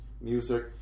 music